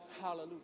Hallelujah